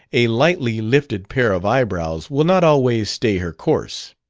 a lightly lifted pair of eyebrows will not always stay her course.